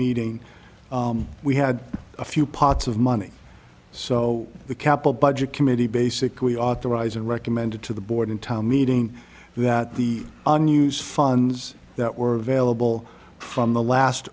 meeting we had a few pots of money so the capitol budget committee basically authorize and recommended to the board in town meeting that the unused funds that were available from the last